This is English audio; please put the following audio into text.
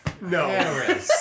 No